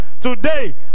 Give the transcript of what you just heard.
today